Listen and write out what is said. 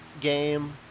game